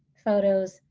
photos,